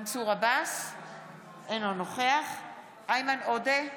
אינו נוכח איימן עודה,